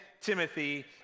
Timothy